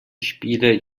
spiele